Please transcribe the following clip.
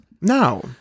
No